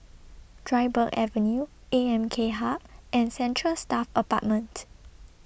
Dryburgh Avenue A M K Hub and Central Staff Apartment